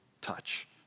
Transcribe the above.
touch